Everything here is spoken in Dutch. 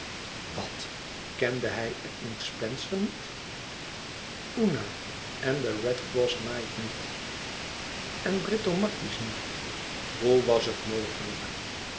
wat kende hij edmund spencer niet una en de redcrossknight niet en britomartisch niet hoe was het mogelijk